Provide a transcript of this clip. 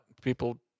People